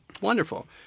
wonderful